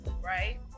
right